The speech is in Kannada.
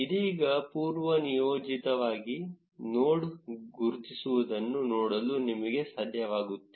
ಇದೀಗ ಪೂರ್ವನಿಯೋಜಿತವಾಗಿ ನೋಡ್ ಗುರುತಿಸುವುದನ್ನು ನೋಡಲು ನಮಗೆ ಸಾಧ್ಯವಾಗುತ್ತಿಲ್ಲ